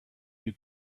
you